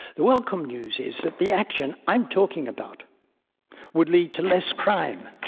the welcome news is that the action i am talking about would lead to less crime,